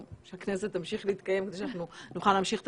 שהכנסת תמשיך להתקיים כדי שאנחנו נוכל להמשיך את